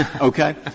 Okay